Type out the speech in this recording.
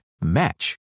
match